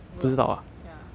我不懂 ya